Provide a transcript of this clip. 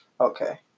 Okay